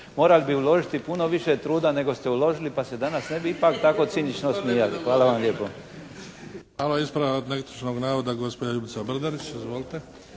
Morali bi uložiti puno više truda nego što ste uložili pa se danas ne bi ipak tako cinično smijali. Hvala vam lijepo. **Bebić, Luka (HDZ)** Hvala. Ispravak netočnog navoda gospođa Ljubica Brdarić. Izvolite.